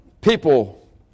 people